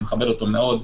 אני מכבד אותו מאוד,